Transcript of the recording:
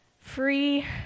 Free